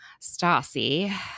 Stassi